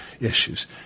issues